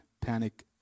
panic